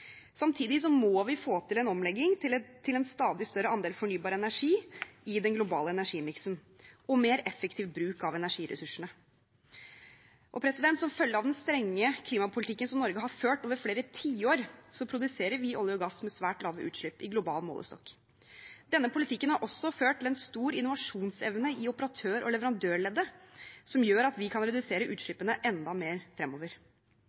Samtidig må vi få til en omlegging til en stadig større andel fornybar energi i den globale energimiksen og mer effektiv bruk av energiressursene. Som følge av den strenge klimapolitikken Norge har ført over flere tiår, produserer vi olje og gass med svært lave utslipp i global målestokk. Denne politikken har også ført til en stor innovasjonsevne i operatør- og leverandørleddet, som gjør at vi kan redusere utslippene enda mer fremover.